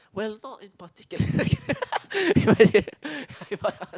well not in particular